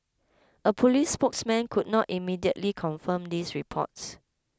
a police spokesman could not immediately confirm these reports